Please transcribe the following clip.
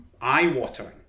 eye-watering